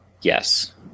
yes